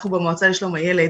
אנחנו, במועצה לשלום הילד,